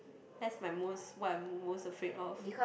that's my most what I'm most afraid of